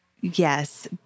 Yes